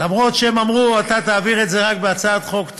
אף שהם אמרו: אתה תעביר את זה רק כהצעת חוק טרומית,